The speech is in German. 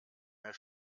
mehr